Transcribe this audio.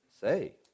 Say